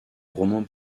roman